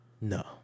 No